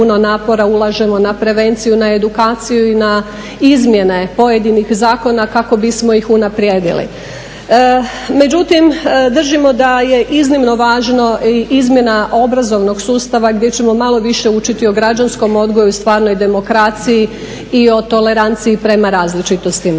ulažemo na prevenciju, na edukaciju i na izmjene pojedinih zakona kako bismo ih unaprijedili. Međutim, držimo da je iznimno važna izmjena obrazovnog sustava gdje ćemo malo više učiti o građanskom odgoju i stvarnoj demokraciji, i o toleranciji prema različitostima.